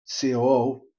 COO